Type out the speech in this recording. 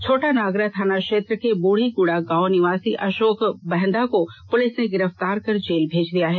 छोटा नागरा थाना क्षेत्र के ब्रढ़ी गुड़ा गांव निवासी अशोक बहंदा को पुलिस ने गिरफ्तार कर जेल भेज दिया है